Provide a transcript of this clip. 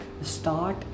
start